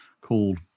called